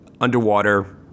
underwater